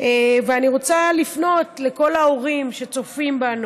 ואני רוצה לפנות לכל ההורים שצופים בנו: